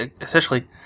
essentially